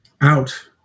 out